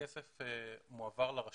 הכסף מועבר לרשות,